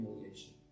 humiliation